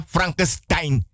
Frankenstein